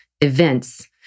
events